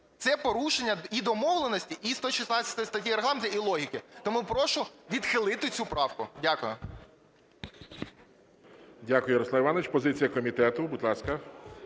Це порушення і домовленості, і 116 статті Регламенту, і логіки. Тому прошу відхилити цю правку. Дякую. ГОЛОВУЮЧИЙ. Дякую, Ярослав Іванович. Позиція комітету, будь ласка.